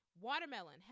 watermelon